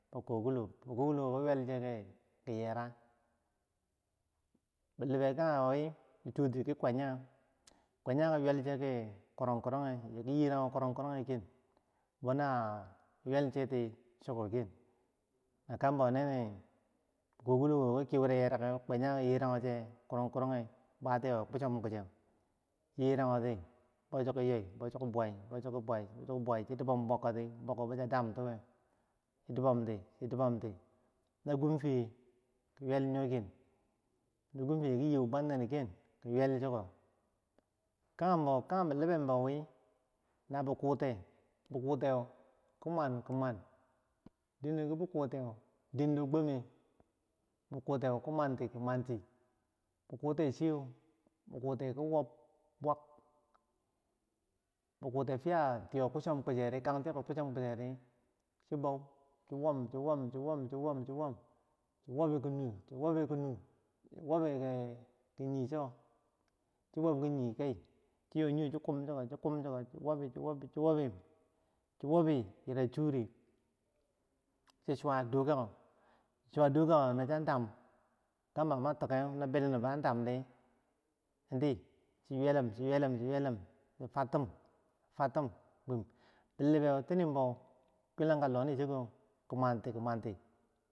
bikolilok bikokilocko ki yuwel chi ki yerak, bilibekanye wi, chi sotiki kwa, nyak kwa nyak ki yuwelnche ki korunlkoge yagi yeragu korong korog ge ken wona we yuwel nche ti gen kambo bikoki loko, ki kiuee yereke, kwanya kiyeragu che bwatiyeh wo kwisom kwicheu, chi yerague ti bo chiki bwai bi chi kibwai chi kibwai chidob ten bwakoti bwako bo cha dam tiyew chidi bom ti chi dibomti, nakunfiye ki yeu yo ken, nagufiyeh ki yeu bwantini ken na yuweli chiko kagembo bilibe wi ken na bi kuteh, bikuteu ki mwan ki mwan dendo ki bi kute dendo gwameh, bikutew ki mwanti ki mwanti, bikutichiyeu ki wob buwak. no chi fiyah kang tiyeko kucom kwecheri chi bow chi wom chi wom, chi wom, chi wobi ki nun chi wobi ki nun chi wobiri, ki yie cho chiki wob ki yii, chi yoh yiyoh chi kum chi wobi chi wobi yira chu, chi suwa dorkako, no chan dam yadda mi tikeu, nobelendo bo an dam, chi ywelum chi ywelum, chi fertum chifertum di bilibeu, kwani bou ki fulanga loh chiko, ki bwanti ki bwanti.